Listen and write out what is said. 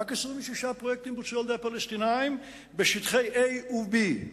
רק 26 פרויקטים בוצעו על-ידי הפלסטינים בשטחי A ו-B.